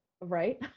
right